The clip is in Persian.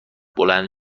بلند